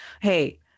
hey